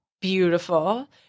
beautiful